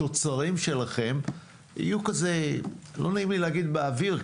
התוצרים שלכם יהיו כזה לא נעים לי להגיד באוויר,